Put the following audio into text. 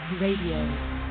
Radio